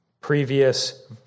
previous